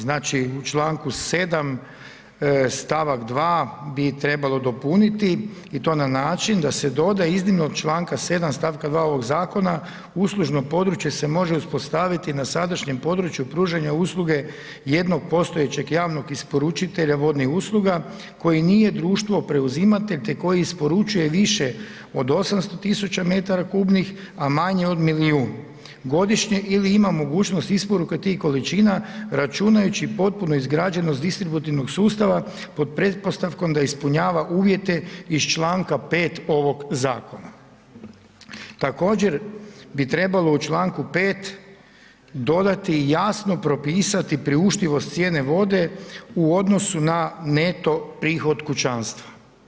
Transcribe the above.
Znači, u članku 7. stavak 2. bi trebalo dopuniti i to na način da se doda: „iznimno od članka 7. stavka 2. ovoga zakona uslužno područje se može uspostaviti na sadašnjem području pružanja usluge jednog postojećeg javnog isporučitelja vodnih usluga koji nije društvo preuzimatelj te koji isporučuje više od 800 tisuća metara kubnih a manje od milijun godišnje ili ima mogućnost isporuke tih količina računajući potpuno izgrađenost distributivnog sustava pod pretpostavkom da ispunjava uvjete iz članka 5. ovoga Zakona.“ Također bi trebalo u članku 5. dodati i jasno propisati priuštivost cijene vode u odnosu na neto prihod kućanstva.